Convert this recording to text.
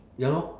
ya lor